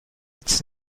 its